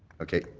okay,